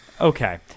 okay